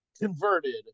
Converted